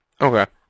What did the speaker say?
Okay